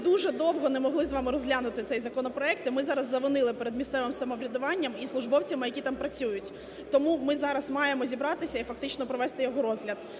Ми дуже довго не могли з вами розглянути цей законопроект, ми зараз завинили перед місцевим самоврядуванням і службовцями, які там працюють. Тому ми зараз маємо зібратися і фактично провести його розгляд.